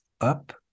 up